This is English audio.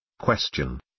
Question